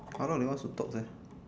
how long they want to talk uh